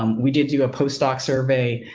um we did do a post doc survey,